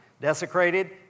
desecrated